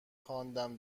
خواندم